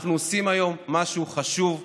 אנחנו עושים היום משהו חשוב וטוב.